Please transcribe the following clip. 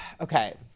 Okay